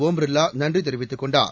ஒம்பிர்லா நன்றி தெரிவித்துக் கொண்டார்